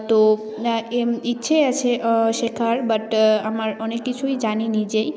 তো ইচ্ছে আছে শেখার বাট আমার অনেক কিছুই জানি নিজেই